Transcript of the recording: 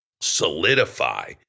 solidify